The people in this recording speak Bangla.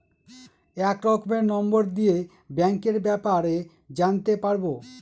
এক রকমের নম্বর দিয়ে ব্যাঙ্কের ব্যাপারে জানতে পারবো